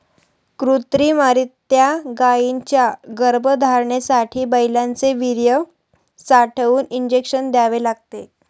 कृत्रिमरीत्या गायींच्या गर्भधारणेसाठी बैलांचे वीर्य साठवून इंजेक्शन द्यावे लागते